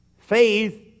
Faith